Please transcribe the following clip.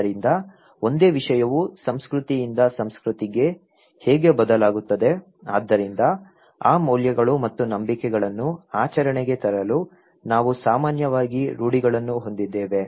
ಆದ್ದರಿಂದ ಒಂದೇ ವಿಷಯವು ಸಂಸ್ಕೃತಿಯಿಂದ ಸಂಸ್ಕೃತಿಗೆ ಹೇಗೆ ಬದಲಾಗುತ್ತದೆ ಆದ್ದರಿಂದ ಆ ಮೌಲ್ಯಗಳು ಮತ್ತು ನಂಬಿಕೆಗಳನ್ನು ಆಚರಣೆಗೆ ತರಲು ನಾವು ಸಾಮಾನ್ಯವಾಗಿ ರೂಢಿಗಳನ್ನು ಹೊಂದಿದ್ದೇವೆ